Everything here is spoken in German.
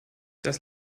das